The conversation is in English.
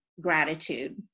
gratitude